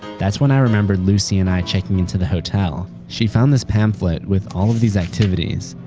that's when i remembered lucy and i checking into the hotel. she found this pamphlet with all these activities.